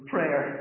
Prayer